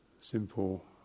Simple